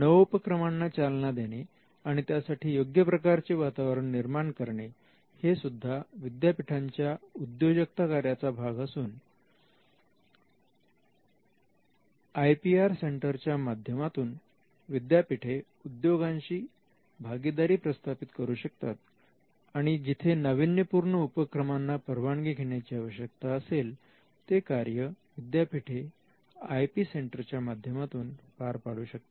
नवोपक्रमांना चालना देणे आणि त्यासाठी योग्य प्रकारचे वातावरण निर्माण करणे हे सुद्धा विद्यापीठाच्या उद्योजकता कार्याचा भाग असून आय पीए सेंटरच्या माध्यमातून विद्यापीठे उद्योगां शी भागीदारी प्रस्थापित करू शकतात आणि जिथे नाविन्यपूर्ण उपक्रमांना परवाने घेण्याची आवश्यकता असेल ते कार्य विद्यापीठे आय पी सेंटरच्या माध्यमातून पार पाडू शकतात